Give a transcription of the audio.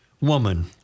woman